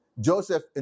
Joseph